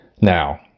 Now